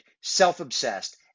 self-obsessed